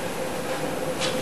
121) (ועדה למיגור אלימות),